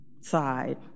side